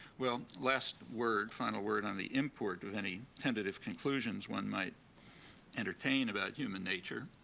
well, last word, final word on the import of any tentative conclusions one might entertain about human nature,